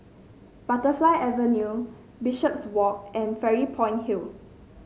Butterfly Avenue Bishopswalk and Fairy Point Hill